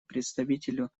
представителю